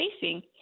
facing